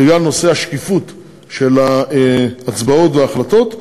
בגלל השקיפות של ההצבעות וההחלטות,